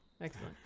excellent